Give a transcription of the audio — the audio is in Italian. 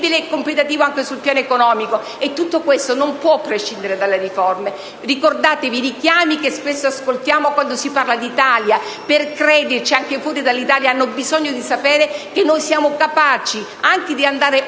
e competitivo anche sul piano economico, e tutto questo non può prescindere dalle riforme. Ricordatevi i richiami che spesso ascoltiamo quando si parla di Italia: per crederci, anche fuori dall'Italia, hanno bisogno di sapere che siamo capaci di andare oltre